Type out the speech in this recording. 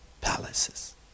palaces